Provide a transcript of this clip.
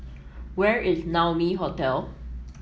where is Naumi Hotel